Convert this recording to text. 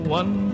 one